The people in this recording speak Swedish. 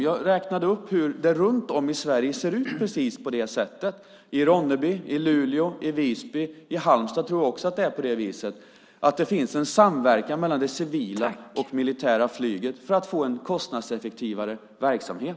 Jag räknade upp hur det runt om i Sverige ser ut på precis det sättet, till exempel i Ronneby, i Luleå och i Visby. I Halmstad tror jag också att det är på det viset. Det finns en samverkan mellan det civila och det militära flyget för att få en kostnadseffektivare verksamhet.